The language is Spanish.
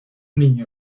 niño